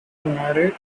married